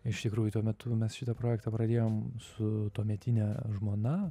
iš tikrųjų tuo metu mes šitą projektą pradėjom su tuometine žmona